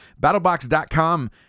Battlebox.com